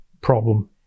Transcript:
problem